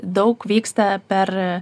daug vyksta per